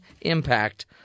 impact